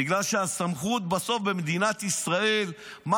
בגלל שהסמכות בסוף במדינת ישראל לקבוע